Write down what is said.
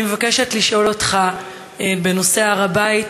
אני מבקשת לשאול אותך בנושא הר-הבית,